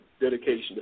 dedication